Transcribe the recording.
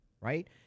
right